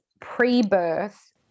pre-birth